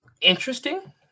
Interesting